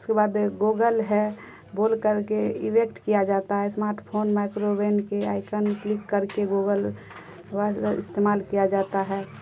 اس کے بعد گوگل ہے بول کر کے ایویکٹ کیا جاتا ہے اسمارٹ فون مائیکرو وین کے آئیکن کلک کر کے گوگل استعمال کیا جاتا ہے